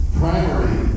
primary